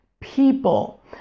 people